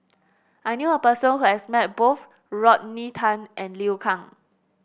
I knew a person who has met both Rodney Tan and Liu Kang